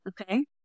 Okay